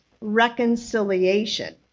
reconciliation